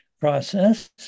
process